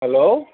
hello